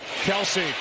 Kelsey